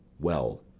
well,